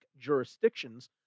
jurisdictions